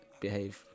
Behave